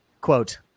quote